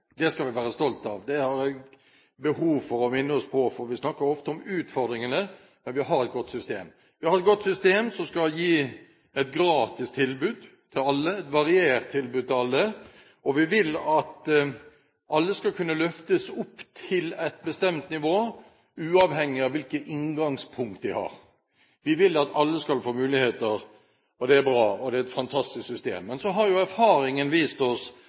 Det skal vi være stolte av. Det har jeg behov for å minne oss på. Vi snakker ofte om utfordringene, men vi har et godt system. Vi har et godt system, som skal gi et gratis tilbud til alle, og et variert tilbud til alle. Vi vil at alle skal løftes opp til et bestemt nivå, uavhengig av hvilket inngangspunkt de har. Vi vil at alle skal få muligheter. Det er bra. Det er et fantastisk system. Men så har erfaringen vist oss